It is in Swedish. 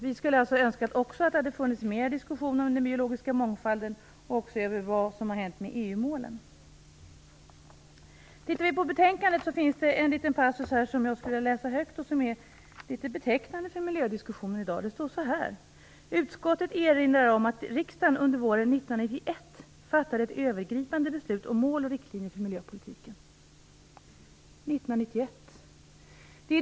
Vi skulle ha önskat att det också hade funnits mera diskussion om den biologiska mångfalden och om vad som har hänt med EU-målen. Om vi tittar på betänkandet finns det en liten passus som jag skulle vilja läsa högt och som är litet betecknade för miljödiskussionen i dag. Det står så här: "Utskottet erinrar om att riksdagen under våren 1991 fattade ett övergripande beslut om mål och riktlinjer för miljöpolitiken."